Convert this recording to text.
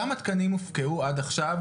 כמה תקנים הופקעו עד עכשיו,